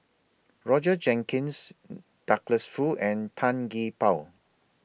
Roger Jenkins Douglas Foo and Tan Gee Paw